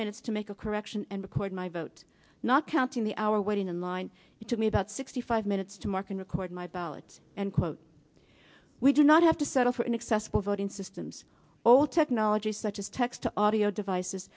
minutes to make a correction and record my vote not counting the hour waiting in line it took me about sixty five minutes to mark and record my ballot and quote we do not have to settle for inaccessible voting systems all technologies such as text audio devices